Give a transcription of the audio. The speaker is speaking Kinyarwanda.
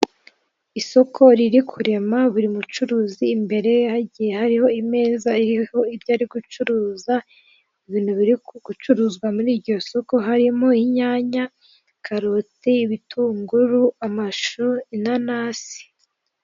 Isoko riri kurema buri mucuruzi imbere ye hagiye hari imeza iriho ibyo ari gucuruza, ibintu biri gucuruzwa muri iryo soko harimo inyanya, karoti, ibitunguru, amashu, inanasi.